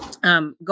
Go